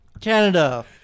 Canada